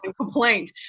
complaint